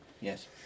Yes